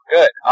Good